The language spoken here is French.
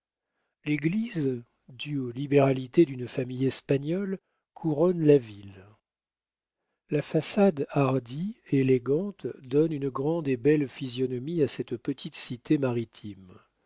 l'église due aux libéralités d'une famille espagnole couronne la ville la façade hardie élégante donne une grande et belle physionomie à cette petite cité maritime